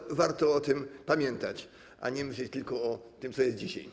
I warto o tym pamiętać, a nie myśleć tylko o tym, co jest dzisiaj.